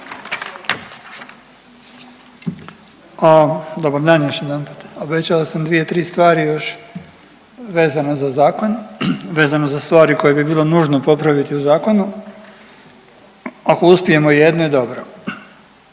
Dobar dan još jedanputa. Obećao sam dvije, tri stvari još vezano za zakon, vezano za stvari koje bi bilo nužno popraviti u zakonu. ako uspijemo i jedno dobro.